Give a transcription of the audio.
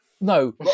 No